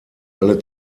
alle